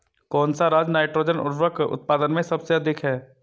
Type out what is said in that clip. कौन सा राज नाइट्रोजन उर्वरक उत्पादन में सबसे अधिक है?